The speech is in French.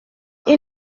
ils